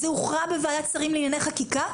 זה הוכרע בוועדת שרים לענייני חקיקה,